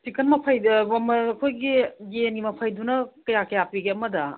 chicken ꯃꯐꯩꯗ ꯑꯩꯈꯣꯏꯒꯤ ꯌꯦꯟꯒꯤ ꯃꯐꯩꯗꯨꯅ ꯀꯌꯥ ꯀꯌꯥ ꯄꯤꯒꯦ ꯑꯃꯗ